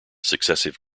successive